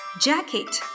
Jacket